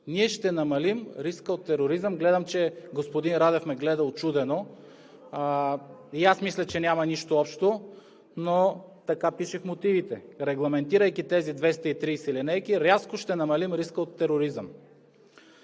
ние ще намалим риска от тероризъм! Гледам, че господин Радев ме гледа учудено! И аз мисля, че няма нищо общо, но така пише в мотивите. Регламентирайки тези 230 линейки, рязко ще намалим риска от тероризъм.